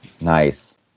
Nice